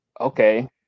okay